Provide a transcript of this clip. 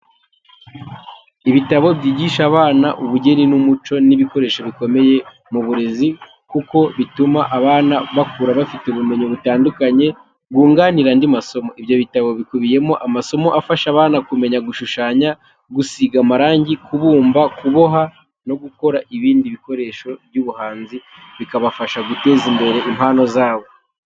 Ibitabo byigisha abana ubugeni n'umuco ni ibikoresho bikomeye mu burezi kuko bituma abana bakura bafite ubumenyi butandukanye bwunganira andi masomo. Ibyo bitabo bikubiyemo amasomo afasha abana kumenya gushushanya, gusiga amarangi, kubumba, kuboha no gukora ibindi bikorwa by'ubuhanzi, bikabafasha guteza imbere impano zabo.